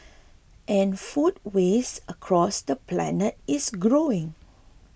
and food waste across the planet is growing